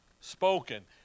spoken